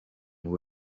who